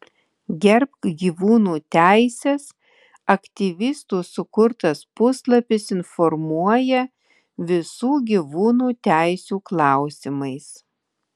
gerbk gyvūnų teises aktyvistų sukurtas puslapis informuoja visų gyvūnų teisių klausimais